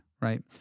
right